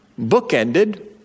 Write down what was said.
bookended